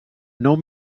nou